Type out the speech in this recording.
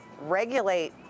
regulate